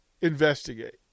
investigate